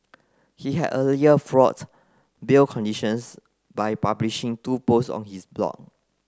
he had earlier flouted bail conditions by publishing two posts on his blog